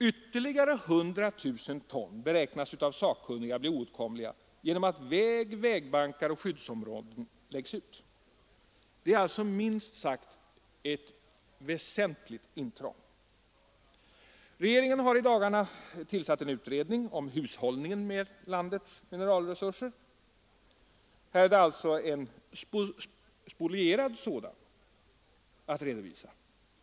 Ytterligare 100 000 ton beräknas av sakkunniga bli oåtkomliga genom att väg, vägbankar och skyddsområden läggs ut. Det är alltså minst sagt ett väsentligt intrång. Regeringen har i dagarna tillsatt en utredning om hushållningen med landets mineralresurser. Här är det alltså en spolierad naturresurs att redovisa.